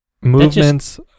movements